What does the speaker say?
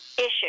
Issue